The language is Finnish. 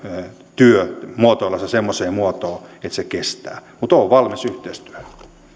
työ muotoilla se semmoiseen muotoon että se kestää mutta olen valmis yhteistyöhön